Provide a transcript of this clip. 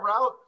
route